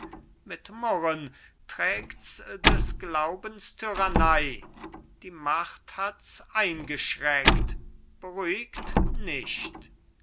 mit murren trägts des glaubens tyrannei die macht hats eingeschreckt beruhigt nicht